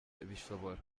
bishobora